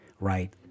right